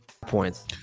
points